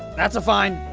that's a fine